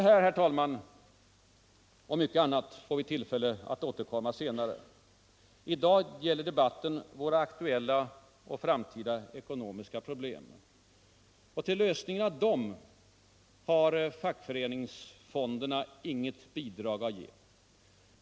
Till allt detta och mycket annat får vi tillfälle att återkomma. Debatten i dag gäller våra aktuella och framtida ekonomiska problem. Till lösningen av dem har fackföreningsfonderna inget bidrag att ge.